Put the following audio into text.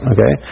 Okay